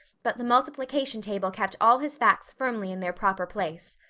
but the multiplication table kept all his facts firmly in their proper place!